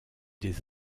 des